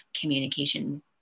communication